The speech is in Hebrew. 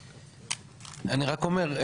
ואני רק אומר,